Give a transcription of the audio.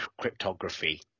cryptography